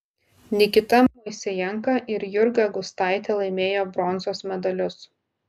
nikita moisejenka ir jurga gustaitė laimėjo bronzos medalius